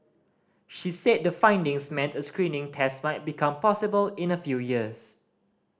she said the findings meant a screening test might become possible in a few years